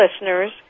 listeners